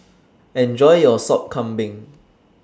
Enjoy your Sop Kambing